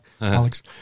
Alex